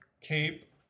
cape